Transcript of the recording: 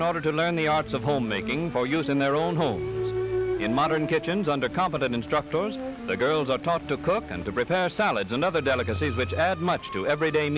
in order to learn the art of homemaking for use in their own homes in modern kitchens under competent instructors the girls are taught to cook and to prepare salads another delicacies which add much to everyday